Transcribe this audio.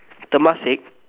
Temasek